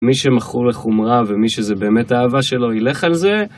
מי שמכור לחומרה ומי שזה באמת אהבה שלו ילך על זה.